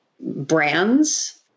brands